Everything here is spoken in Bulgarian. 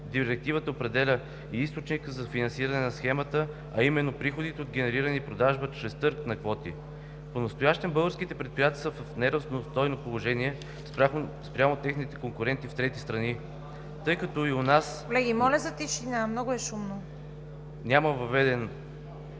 Директивата определя и източника за финансиране на Схемата, а именно приходите от генерирана продажба чрез търг на квоти. Понастоящем българските предприятия са в неравностойно положение спрямо техните конкуренти в трети страни, тъй като и у нас… (Шум, оживление и реплики.)